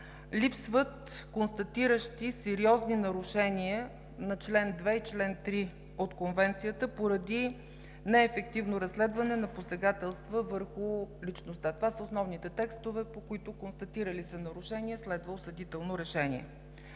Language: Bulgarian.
липсват констатиращи сериозни нарушения на чл. 2 и чл. 3 от Конвенцията поради неефективно разследване на посегателства върху личността. Това са основните текстове, по които констатира ли се нарушение, следва осъдително решение.